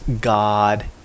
God